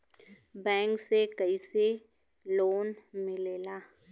Bank से कइसे loan मिलेला?